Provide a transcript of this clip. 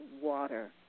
water